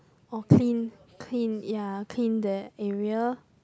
or clean clean ya clean their area